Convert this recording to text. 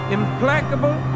implacable